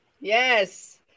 Yes